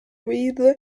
with